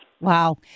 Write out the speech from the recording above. Wow